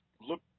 look